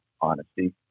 honesty